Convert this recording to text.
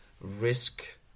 risk